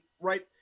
right